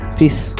peace